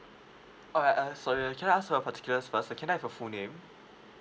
oh ya uh sorry can I ask your particulars first can I have your full name